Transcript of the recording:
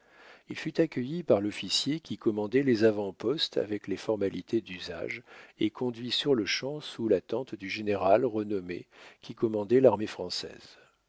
il fut accueilli par l'officier qui commandait les avant-postes avec les formalités d'usage et conduit sur-le-champ sous la tente du général renommé qui commandait l'armée française